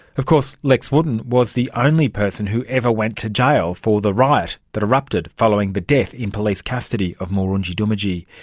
of course lex wotton was the only person who ever went to jail for the riot that erupted following the death in police custody of mulrunji doomadgee.